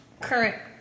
current